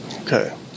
Okay